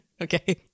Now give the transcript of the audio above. Okay